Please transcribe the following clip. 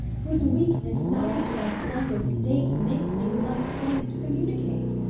whose weakness, married to thy stronger state, makes me with thy strength to communicate.